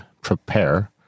Prepare